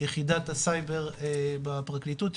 יחידת הסייבר בפרקליטות,